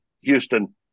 Houston